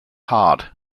hard